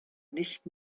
nicht